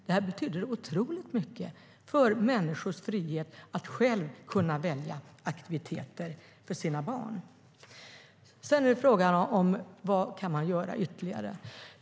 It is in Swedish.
Detta betyder otroligt mycket för människors frihet att själva kunna välja aktiviteter för sina barn. Vad kan man göra ytterligare?